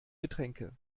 getränke